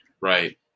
Right